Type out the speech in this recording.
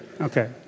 Okay